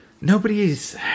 nobody's